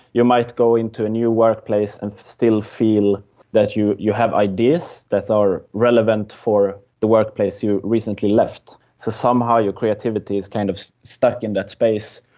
might go into a new workplace and still feel that you you have ideas that are relevant for the workplace you recently left. so somehow your creativity is kind of stuck in that space,